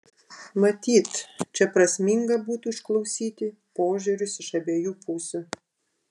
matyt čia prasminga būtų išklausyti požiūrius iš abiejų pusių